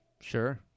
sure